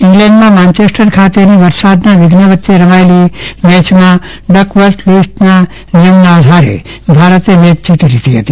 ઈંગ્લેન્ડમાં માન્યેસ્ટર ખાતેની વરસાદના વિધ્ન વચ્ચે રમાયેલી મેચમાં ડકવર્થ લુઈસના નિયમ ના આધારે ભારતે મેચ જીતી લીધી હતી